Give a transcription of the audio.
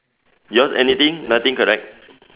your's anything nothing correct